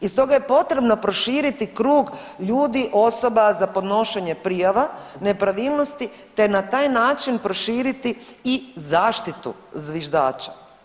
I stoga je potrebno proširiti krug ljudi osoba za podnošenja prijava nepravilnosti te na taj način proširiti i zaštitu zviždača.